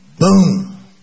Boom